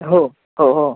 हो हो हो